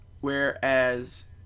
whereas